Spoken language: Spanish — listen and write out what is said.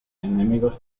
enemigos